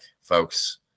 folks